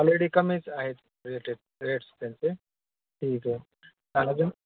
already कमीच आहेत rated rates त्यांचे ठीक आहे काय अजून